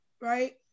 right